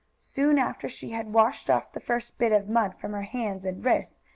soon after she had washed off the first bit of mud from her hands and wrists,